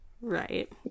right